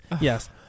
Yes